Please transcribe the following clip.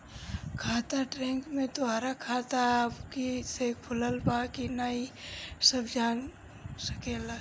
खाता ट्रैक में तोहरा खाता अबही ले खुलल बा की ना इ सब जान सकेला